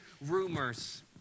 rumors